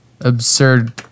absurd